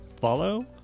follow